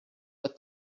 but